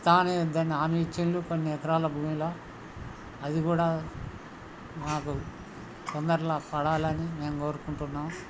ఇస్తా అని దాన్ని హామీ ఇచ్చారు కొన్ని ఎకరాల భూమిలో అది కూడా మాకు తొందరలో పడాలని మేము కోరుకుంటున్నాం